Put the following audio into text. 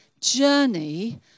journey